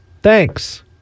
Thanks